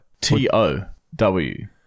T-O-W